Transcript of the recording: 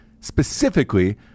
specifically